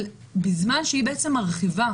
אבל בזמן שהיא בעצם מרחיבה